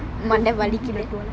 மண்ட வலிக்குற:manda valikkura